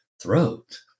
throat